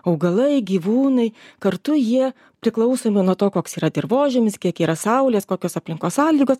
augalai gyvūnai kartu jie priklausomi nuo to koks yra dirvožemis kiek yra saulės kokios aplinkos sąlygos